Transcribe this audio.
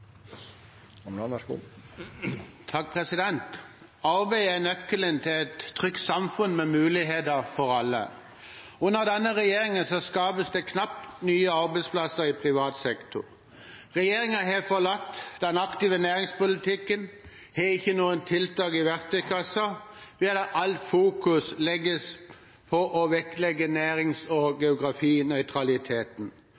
nøkkelen til et trygt samfunn med muligheter for alle. Under denne regjeringen skapes det knapt nye arbeidsplasser i privat sektor. Regjeringen har forlatt den aktive næringspolitikken – det er ikke noen tiltak i verktøykassa, all vekt legges på nærings- og